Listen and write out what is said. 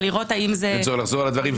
אין צורך לחזור על הדברים.